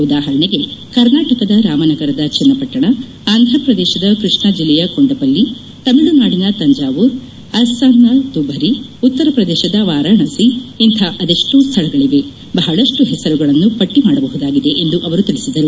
ಉದಾಹರಣೆಗೆ ಕರ್ನಾಟಕದ ರಾಮನಗರದ ಚನ್ನಪಟ್ಟಣ ಆಂಧ್ರಪ್ರದೇಶದ ಕೃಷ್ಣಾ ಜಿಲ್ಲೆಯ ಕೊಂಡಪಲ್ಲಿ ತಮಿಳುನಾಡಿನ ತಂಜಾವೂರ್ ಅಸ್ಸಾಂನ ದುಭರಿ ಉತ್ತರ ಪ್ರದೇಶದ ವಾರಾಣಸಿ ಇಂಥ ಅದೆಷ್ಟೋ ಸ್ಥಳಗಳಿವೆ ಬಹಳಷ್ಟು ಹೆಸರುಗಳನ್ನು ಪಟ್ಟಿ ಮಾಡಬಹುದಾಗಿದೆ ಎಂದು ಅವರು ತಿಳಿಸಿದರು